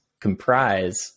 comprise